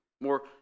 more